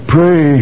Pray